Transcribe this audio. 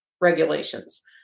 regulations